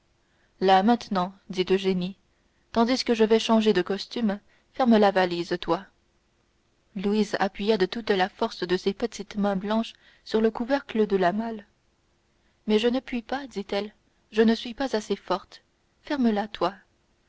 là maintenant dit eugénie tandis que je vais changer de costume ferme la valise toi louise appuya de toute la force de ses petites mains blanches sur le couvercle de la malle mais je ne puis pas dit-elle je ne suis pas assez forte ferme la